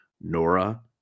Nora